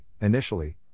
initially